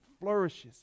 flourishes